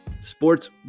sports